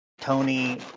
Tony